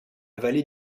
vallée